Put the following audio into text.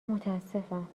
متاسفم